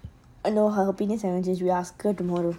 I know her opinion we ask her tomorrow